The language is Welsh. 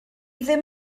ddim